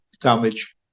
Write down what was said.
damage